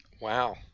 Wow